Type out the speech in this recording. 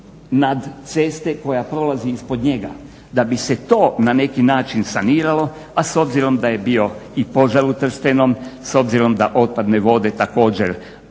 iznad ceste koja prolazi ispod njega. Da bi se to na neki način saniralo, a s obzirom da je bio i požar u Trstenom, s obzirom da otpadne vode također